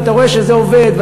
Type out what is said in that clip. אתה רואה שזה עובד,